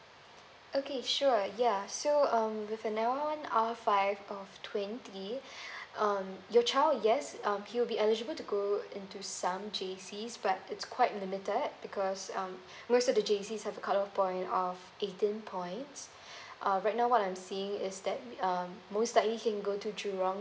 okay sure yeah so um the of five of twenty um your child yes um he'll be eligible to go into some J_Cs but it's quite limited because um most of the J_Cs have a cutoff point of eighteen points uh right now what I'm seeing is that um most likely he can go to jurong